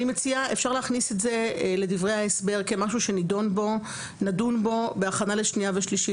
אפשר להכניס את זה לדברי ההסבר כמשהו שנדון בו בהכנה לשנייה ושלישית.